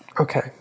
Okay